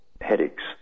headaches